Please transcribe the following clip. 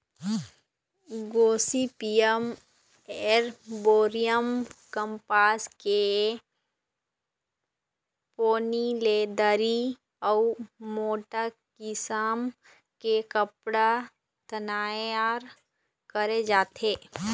Gossypium arboreum कपसा के पोनी ले दरी अउ मोठ किसम के कपड़ा तइयार करे जाथे